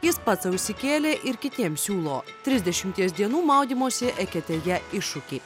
jis pats sau išsikėlė ir kitiems siūlo trisdešimties dienų maudymosi eketėje iššūkį